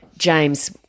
James